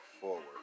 forward